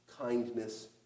kindness